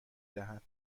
دهد